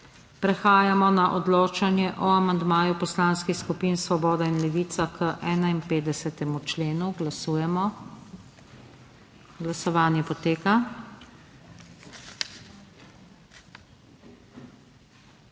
Prehajamo na odločanje o amandmaju poslanskih skupin Svoboda in Levica k 38. členu. Glasujemo. Navzočih